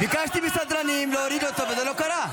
ביקשתי מהסדרנים להוריד אותו וזה לא קרה.